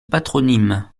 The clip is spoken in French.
patronyme